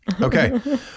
Okay